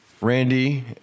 Randy